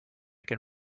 can